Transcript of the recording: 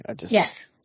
Yes